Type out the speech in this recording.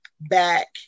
back